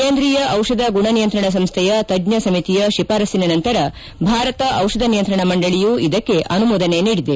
ಕೇಂದ್ರೀಯ ದಿಷಧ ಗುಣ ನಿಯಂತ್ರಣ ಸಂಸ್ಥೆಯ ತಜ್ಞ ಸಮಿತಿಯ ಶಿಫಾರಸ್ಸಿನ ನಂತರ ಭಾರತ ದಿಷಧ ನಿಯಂತ್ರಣ ಮಂಡಳಿಯು ಇದಕ್ಕೆ ತುರ್ತು ಅನುಮೋದನೆ ನೀಡಿದೆ